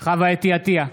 חוה אתי עטייה,